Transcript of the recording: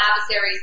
adversaries